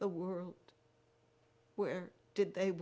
the world where did they